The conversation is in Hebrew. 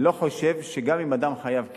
אני לא חושב שגם אם אדם חייב כסף,